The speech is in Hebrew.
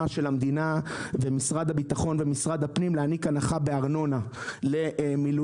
של המדינה ומשרד הבטחון ומשרד הפנים להעניק הנחה בארנונה למילואימניקים.